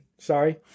Sorry